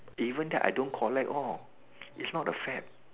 even that I don't collect all it's not a fad